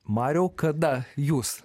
mariau kada jūs